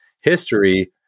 history